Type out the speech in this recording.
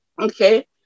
okay